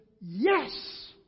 yes